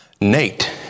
Nate